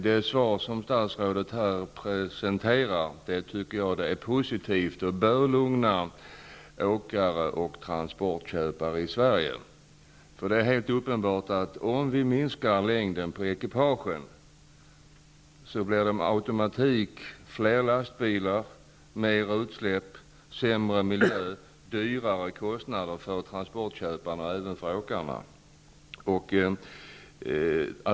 Det svar som statsrådet presenterade är positivt, och det bör lugna åkare och transportköpare i Sverige. Det är uppenbart att om längden på ekipagen minskas, blir det med automatik fler lastbilar, mera utsläpp, sämre miljö samt högre kostnader för transportköparna och även för åkarna.